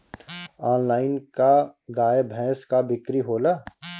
Online का गाय भैंस क बिक्री होला?